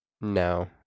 No